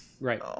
right